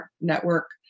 network